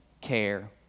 care